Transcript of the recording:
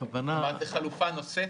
זה חלופה נוספת?